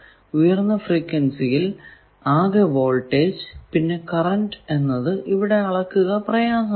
ഉയർന്ന ഫ്രീക്വെൻസിയിൽ ആകെ വോൾടേജ് പിന്നെ കറന്റ് എന്നത് ഇവിടെ അളക്കുക പ്രയാസമാണ്